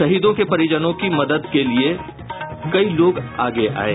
शहीदों के परिजनों की मदद के लिये कई लोग आगे आये